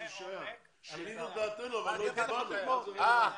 אתה תדבר כשתקבל זכות דיבור.